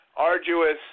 arduous